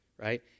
right